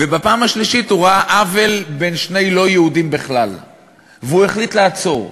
בפעם השלישית הוא ראה עוול בין שני לא יהודים בכלל והוא החליט לעצור,